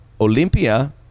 Olympia